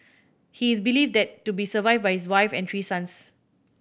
he is believed that to be survived by his wife and three sons